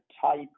type